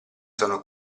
sono